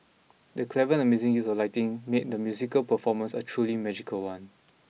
the clever and amazing use of lighting made the musical performance a truly magical one